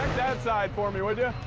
that side for me, would yeah